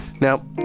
Now